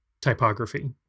typography